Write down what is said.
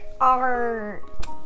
art